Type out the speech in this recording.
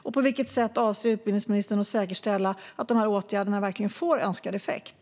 Och på vilket sätt avser utbildningsministern att säkerställa att de här åtgärderna verkligen får önskad effekt?